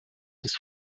des